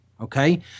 okay